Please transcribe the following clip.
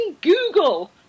google